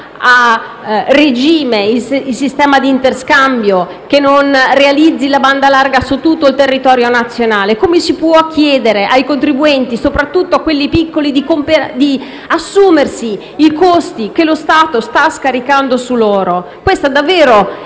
a regime il sistema di interscambio e non realizzi la banda larga su tutto il territorio nazionale. Come si può chiedere ai contribuenti - soprattutto a quelli piccoli - di assumersi i costi che lo Stato sta invece scaricando su di loro? Questa è davvero